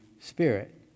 Spirit